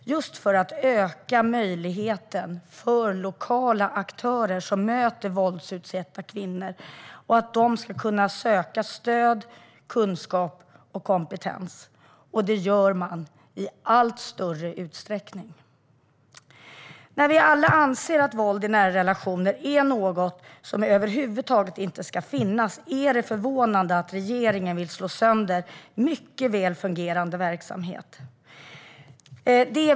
På så sätt ökar möjligheterna för lokala aktörer som möter våldsutsatta kvinnor att kunna söka stöd, kunskap och kompetens, och detta gör de i allt större utsträckning. Eftersom vi alla anser att våld i nära relationer är något som över huvud taget inte ska finnas är det förvånande att regeringen vill slå sönder en mycket väl fungerande verksamhet.